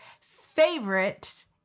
favorites